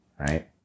right